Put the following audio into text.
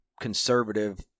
conservative